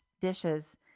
dishes